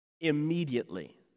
immediately